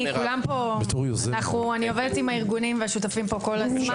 אני עובדת עם הארגונים ועם השותפים פה כל הזמן.